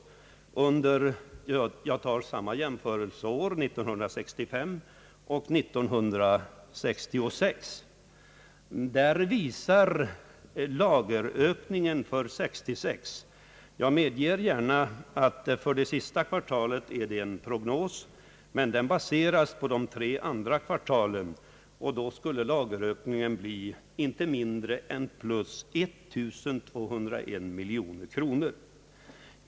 Jag skall även nu göra en jämförelse mellan åren 1965 och 1966; jag medger gärna att siffran för sista kvartalet 1966 är en prognos, men den är baserad på tredje kvartalet. Jämförelsen visar att lagerökningen skulle uppgå till inte mindre än 1201 miljoner kronor.